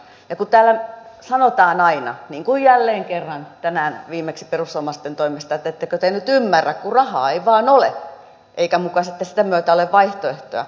ja kun täällä sanotaan aina niin kuin jälleen kerran tänään viimeksi perussuomalaisten toimesta että ettekö te nyt ymmärrä kun rahaa ei vain ole eikä muka sitten sitä myötä ole vaihtoehtoja